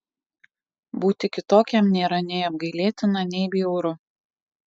būti kitokiam nėra nei apgailėtina nei bjauru